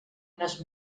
unes